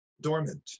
dormant